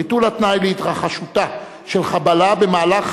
ביטול התנאי להתרחשותה של חבלה במהלך